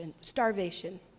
starvation